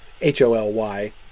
H-O-L-Y